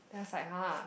that's like !huh!